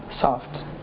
soft